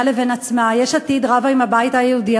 לבין עצמה: יש עתיד רבה עם הבית היהודי,